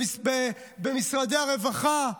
במשרדי הרווחה,